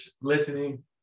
listening